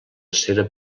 cera